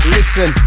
Listen